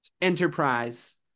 enterprise